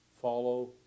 follow